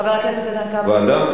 חברת הכנסת אורית זוארץ?